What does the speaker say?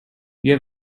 you